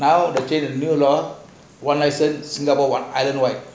now the new law one lesson singapore one island